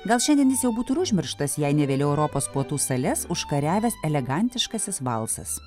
gal šiandien jis jau būtų ir užmirštas jei ne vėliau europos puotų sales užkariavęs elegantiškasis valsas